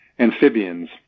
Amphibians